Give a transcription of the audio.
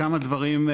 כמה דברים.